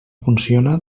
funciona